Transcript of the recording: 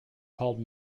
called